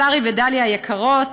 לשרי ודליה היקרות